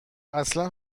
اصلا